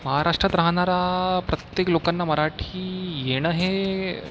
महाराष्ट्रात राहणारा प्रत्येक लोकांना मराठी येणं हे